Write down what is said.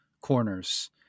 corners